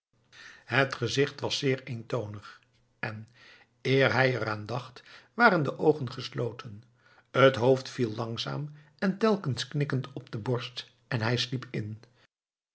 het gezicht was zeer eentonig en eer hij er aan dacht waren de oogen gesloten het hoofd viel langzaam en telkens knikkend op de borst en hij sliep in